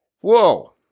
whoa